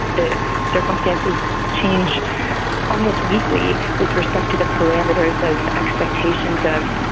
the circumstances change almost weekly with respect to the parameters and expectations of